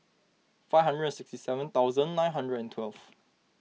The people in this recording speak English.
five hundred and sixty seven thousand nine hundred and twelve